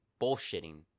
bullshitting